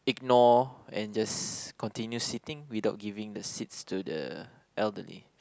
ignore and just continue sitting without giving the seats to the elderly